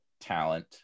talent